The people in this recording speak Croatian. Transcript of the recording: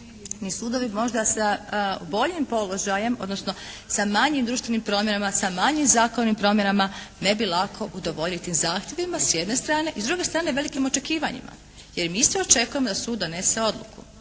ni sudovi možda sa boljim položajem, odnosno sa manjim društvenim promjenama, sa manjim zakonskim promjenama ne bi lako udovoljiti tim zahtjevima, s jedne strane. I s druge strane velikim očekivanjima. Jer mi svi očekujemo da sud donese odluku.